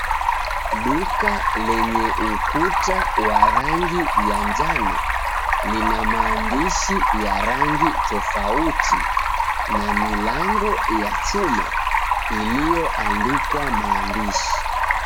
Duka lenye ukuta wa rangi ya njano. Lina maandishi ya rangi tofauti na milango ya chuma iliyoandikwa maandishi.